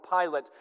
Pilate